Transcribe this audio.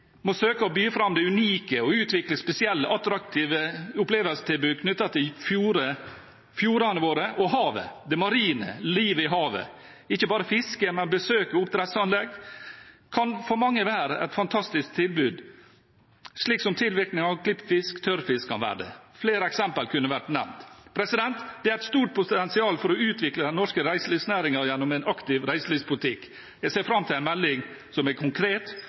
med reiselivssektoren. På samme måte må vi søke å by fram det unike, å utvikle spesielle, attraktive opplevelsestilbud knyttet til fjordene våre og havet – det marine, livet i havet. Ikke bare fiske, men også besøk på oppdrettsanlegg kan for mange være et fantastisk tilbud, slik som tilvirking av klippfisk og tørrfisk kan være det. Flere eksempler kunne vært nevnt. Det er et stort potensial for å utvikle den norske reiselivsnæringen gjennom en aktiv reiselivspolitikk. Jeg ser fram til en melding som er konkret